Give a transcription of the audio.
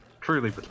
Truly